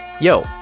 yo